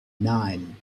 nine